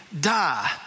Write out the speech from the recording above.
die